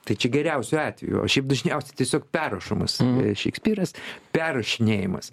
tai čia geriausiu atveju o šiaip dažniausiai tiesiog perrašomas šekspyras perrašinėjimas